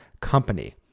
company